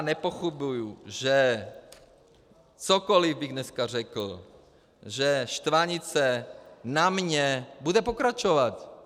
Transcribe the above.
Nepochybuju, že cokoliv bych dneska řekl, že štvanice na mě bude pokračovat.